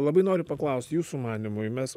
labai noriu paklaust jūsų manymui mes